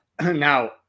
now